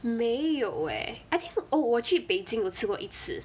没有 eh I think oh 我去 beijing 有吃过一次